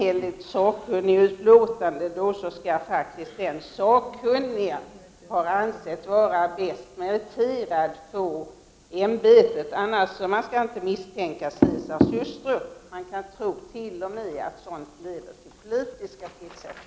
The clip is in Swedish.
Är sakkunnigutlåtandet enhälligt skall denna person anses vara bäst meriterad för ämbetet. Man skall inte misstänka Caesars hustru. Man kan t.o.m. tro att sådant leder till politiska tillsättningar.